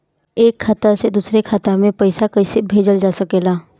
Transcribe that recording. एक खाता से दूसरे खाता मे पइसा कईसे भेजल जा सकेला?